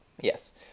Yes